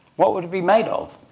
what would it be made of?